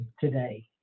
today